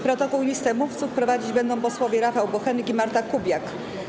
Protokół i listę mówców prowadzić będą posłowie Rafał Bochenek i Marta Kubiak.